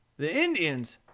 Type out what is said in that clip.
the indians,